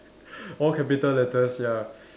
all capital letters ya